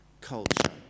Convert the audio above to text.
culture